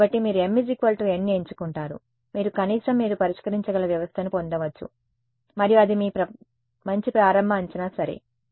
కాబట్టి మీరు m nని ఎంచుకుంటారు మీరు కనీసం మీరు పరిష్కరించగల వ్యవస్థను పొందవచ్చు మరియు అది మీ మంచి ప్రారంభ అంచనా సరే